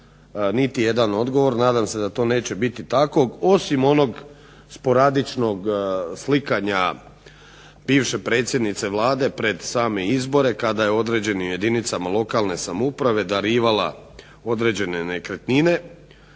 niti jedan odgovor, nadam se da to neće biti tako osim onog sporadičnog slikanja bivše predsjednice Vlade pred same izbore kada je određenim jedinicama lokalne samouprave darivala određene nekretnine,